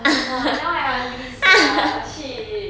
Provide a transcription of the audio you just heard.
(uh huh) now I hungry sia shit